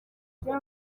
ibya